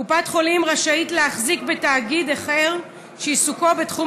קופת חולים רשאית להחזיק בתאגיד אחר שעיסוקו בתחום